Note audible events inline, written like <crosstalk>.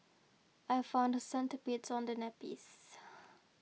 I found centipedes on the nappies <noise>